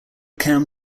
cam